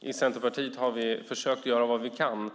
I Centerpartiet har vi försökt att göra vad vi kan.